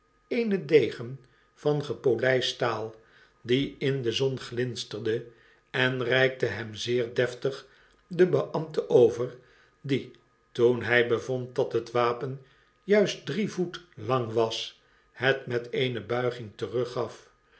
eenen degen van gepoltjst staal die in de zon glinsterde en reikte hem zeer deftig den beambte over die toen hy bevond dat het wapen juist drie voet lang was het met eene buiging teruggaf